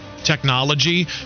technology